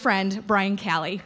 friend bryan kelly